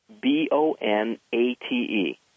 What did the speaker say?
B-O-N-A-T-E